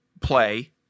play